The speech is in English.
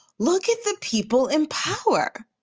look at the people in power.